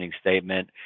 statement